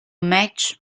match